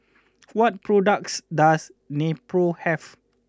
what products does Nepro have